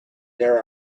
there